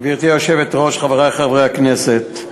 גברתי היושבת-ראש, חברי חברי הכנסת,